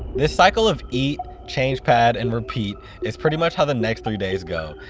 this cycle of eat, change pad and repeat is pretty much how the next three days go.